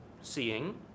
seeing